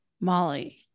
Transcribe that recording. Molly